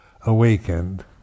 awakened